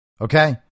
Okay